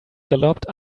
galloped